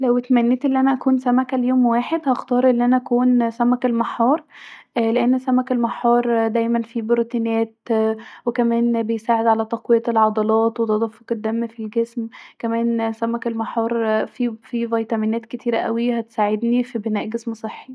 لو اتمنيت أن انا اكون سمكه ليوم واحد هختار أن انا اكون سمك المحار لأن دايما سمك المحار فيه بورتينات وكمان بيساعد علي تقويه العضلات وكمان تدفق الدم في الجسم كمان سمك المحار فيه ڤيتمينات كتيره اوي هتساعدني في بناء جسم صحي